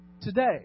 today